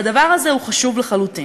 והדבר הזה הוא חשוב לחלוטין.